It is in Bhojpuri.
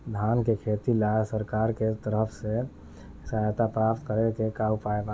धान के खेती ला सरकार के तरफ से सहायता प्राप्त करें के का उपाय बा?